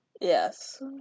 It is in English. yes